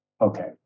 Okay